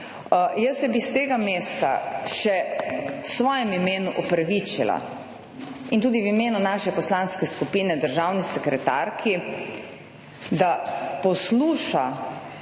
Jaz se bi s tega mesta še v svojem imenu opravičila in tudi v imenu naše poslanske skupine državni sekretarki, da posluša